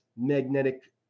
magnetic